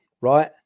right